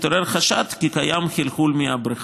התעורר חשד כי קיים חלחול מהבריכה.